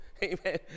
Amen